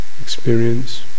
experience